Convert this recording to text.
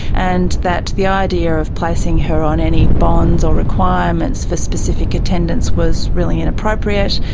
and that the idea of placing her on any bonds or requirements for specific attendance was really inappropriate.